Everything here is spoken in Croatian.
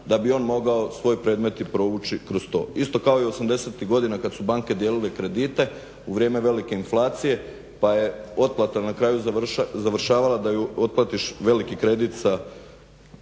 da bi on mogao svoj predmet i provući kroz to. isto kao i osamdesetih godina kada su banke dijelile kredite u vrijeme velike inflacije pa je otplata na kraju završavala da ju otplatiš veliki kredit u